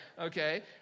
okay